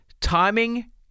timing